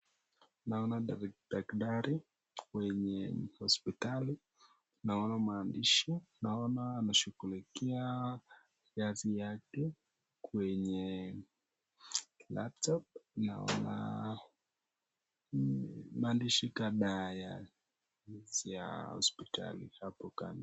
Naona daktari kwenye hospitali, naona maandishi, naona anashukulikia kazi yake kwenye laptop . Naona maandishi kama ya hospitali hapo kando.